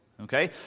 okay